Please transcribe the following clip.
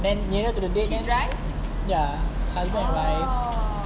then nearer to the day then ya husband or wife